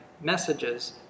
messages